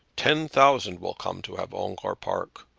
ten thousand will come to have ongere park.